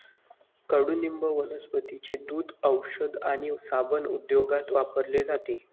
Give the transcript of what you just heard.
कडुनिंब वनस्पतींचे दूध, औषध आणि साबण उद्योगात वापरले जाते